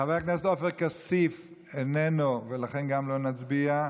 חבר הכנסת עופר כסיף איננו, ולכן לא נצביע,